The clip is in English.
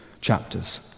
chapters